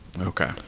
Okay